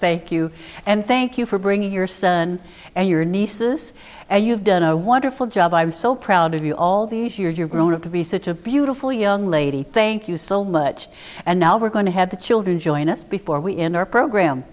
thank you and thank you for bringing your son and your nieces and you've done a wonderful job i'm so proud of you all these years you're grown up to be such a beautiful young lady thank you so much and now we're going to have the children join us before we end our program